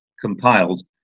compiled